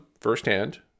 firsthand